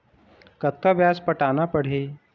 कतका ब्याज पटाना पड़ही?